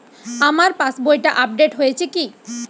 আমার পাশবইটা আপডেট হয়েছে কি?